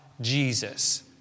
Jesus